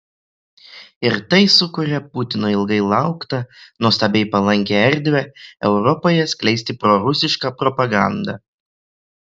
ir tai sukuria putino ilgai lauktą nuostabiai palankią erdvę europoje skleisti prorusišką propagandą